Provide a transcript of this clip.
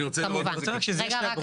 אני רוצה רק שזה יהיה שנייה ברור.